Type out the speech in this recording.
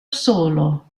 solo